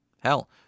Hell